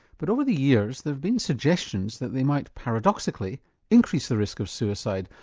but over the years there have been suggestions that they might paradoxically increase the risk of suicide,